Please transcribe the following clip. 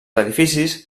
edificis